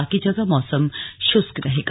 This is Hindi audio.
बाकी जगह मौसम शुष्क रहेगा